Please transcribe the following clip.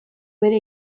bere